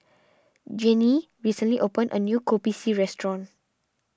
Jeannie recently openned a new Kopi C restaurant